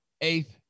eighth